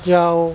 جاؤ